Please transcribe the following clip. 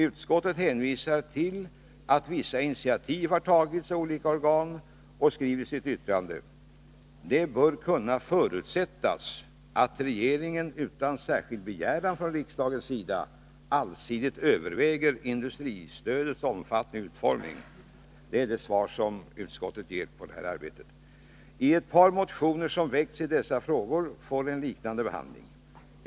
Utskottet hänvisar till att vissa initiativ har tagits av olika organ och skriver i sitt yttrande: ”Det bör kunna förutsättas att regeringen utan särskild begäran från riksdagens sida allsidigt överväger industristödets omfattning och utformning.” Det är det svar som utskottet ger på det här arbetet. Ett par motioner, som väckts i dessa frågor, får en liknande behandling.